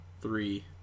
three